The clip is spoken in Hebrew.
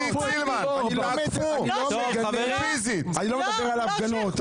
לסילמן שפחה של ערבים --- אני לא מדבר על ההפגנות,